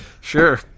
sure